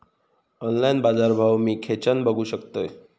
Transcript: Online बाजारभाव मी खेच्यान बघू शकतय?